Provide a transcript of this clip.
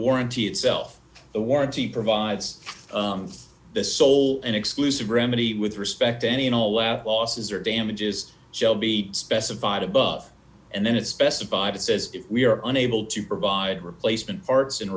warranty itself the warranty provides this sole and exclusive remedy with respect to any and all laugh losses or damages shall be specified above and then it specified says we are unable to provide replacement parts and